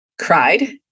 cried